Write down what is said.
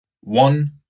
One